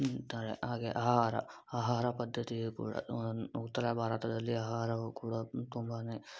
ತ್ತಾರೆ ಹಾಗೆ ಆಹಾರ ಆಹಾರ ಪದ್ಧತಿಯು ಕೂಡ ಉತ್ತರ ಭಾರತದಲ್ಲಿ ಆಹಾರವು ಕೂಡ ತುಂಬ